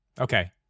Okay